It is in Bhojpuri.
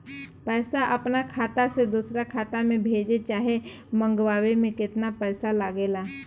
पैसा अपना खाता से दोसरा खाता मे भेजे चाहे मंगवावे में केतना पैसा लागेला?